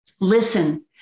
Listen